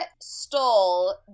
stole